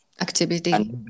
activity